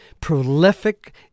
prolific